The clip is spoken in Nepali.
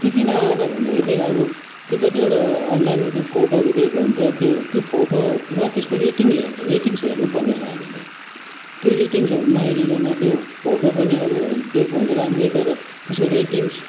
त्यो किन आएन भन्दाखेरि चाहिँ अब त्यो कतिवटा अनलाइनमा त्यो फोटोहरू दिएको हुन्छ नि त्यो त्यो फोटो र त्यसको रेटिङ हेर्ने रेटिङ्स हेर्नुपर्ने रहेछ हामीले त्यो रेटिङ्सहरू नहेरिकन त्यो फोटो पनि अब दिएको हुन्छ राम्रै तर त्यसको रेटिङ्स